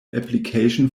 application